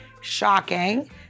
Shocking